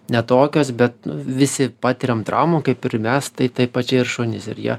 ne tokios bet visi patiriam traumų kaip ir mes tai taip pačiai ir šunys ir jie